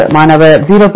மாணவர் 0